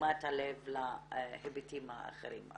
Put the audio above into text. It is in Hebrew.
תשומת הלב להיבטים האחרים.